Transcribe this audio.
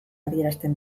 adierazten